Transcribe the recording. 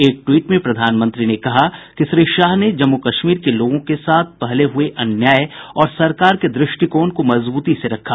एक ट्वीट में प्रधानमंत्री ने कहा कि श्री शाह ने जम्मू कश्मीर के लोगों के साथ पहले हुए अन्याय और सरकार के द्रष्टिकोण को मजब्रती से रखा